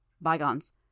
Bygones